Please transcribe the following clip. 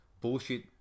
bullshit